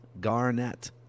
Garnett